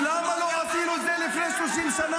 נגיד: למה לא עשינו את זה לפני 30 שנה?